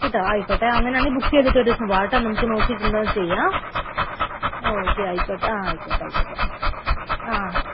കേട്ടോ ആയിക്കോട്ടെ അങ്ങനെയാണെങ്കില് ബുക്ക് ചെയ്തിട്ട് ഒരു ദിവസം വാ കേട്ടോ നമുക്ക് നോക്കിയിട്ടെന്താണെന്നുവെച്ചാല് ചെയ്യാം ഓ ഓക്കേ ആയിക്കോട്ടെ ആ ആയിക്കോട്ടെ ആയിക്കോട്ടെ ആഹ് ആ